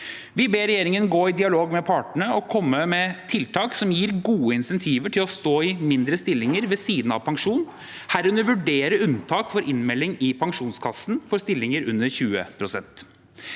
Vi ber regjeringen gå i dialog med partene og komme med tiltak som gir gode insentiver til å stå i mindre stillinger ved siden av pensjon, herunder vurdere unntak for innmelding i Pensjonskassen for stillinger under 20 pst.